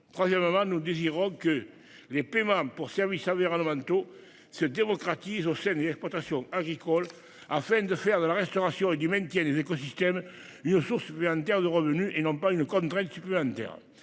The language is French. Troisièmement, nous désirons que les paiements pour services environnementaux se démocratise aux scènes exploitations agricoles afin de faire de la restauration et du maintien des écosystèmes une source vu en termes de revenus et non pas une contrainte qui peut.